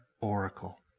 oracle